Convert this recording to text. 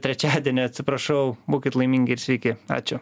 trečiadienio atsiprašau būkit laimingi ir sveiki ačiū